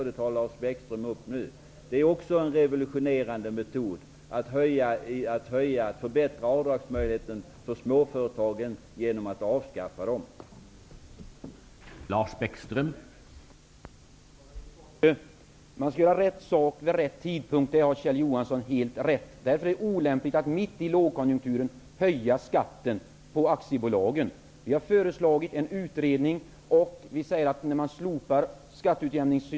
Det är ju också en revolutionerande metod, att förbättra avdragsmöjligheten för småföretagen genom att avskaffa skatteutjämningsreserverna.